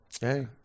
Hey